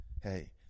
hey